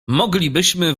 moglibyśmy